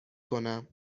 کنم